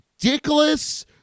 dickless